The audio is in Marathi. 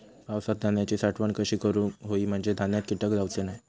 पावसात धान्यांची साठवण कशी करूक होई म्हंजे धान्यात कीटक जाउचे नाय?